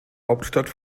hauptstadt